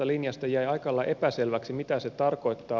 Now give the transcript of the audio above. jäi aika lailla epäselväksi mitä se tarkoittaa